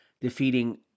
defeating